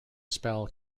spell